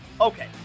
okay